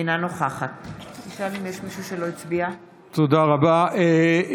אינה נוכחת תודה רבה.